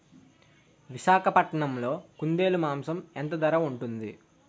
విశాఖపట్నంలో కుందేలు మాంసం ఎంత ధర ఉంటుంది?